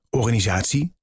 organisatie